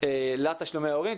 לתשלומי הורים.